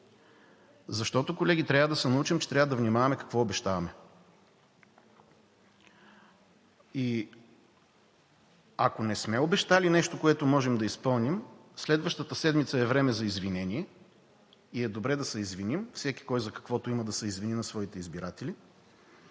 Защото, колеги, трябва да се научим, че трябва да внимаваме какво обещаваме. И ако не сме обещали нещо, което можем да изпълним, следващата седмица е време за извинение и е добре да се извиним, всеки кой за каквото има да се извини на своите избиратели.